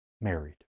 married